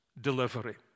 delivery